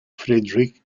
frederick